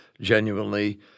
genuinely